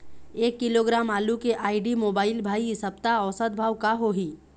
एक किलोग्राम आलू के आईडी, मोबाइल, भाई सप्ता औसत भाव का होही?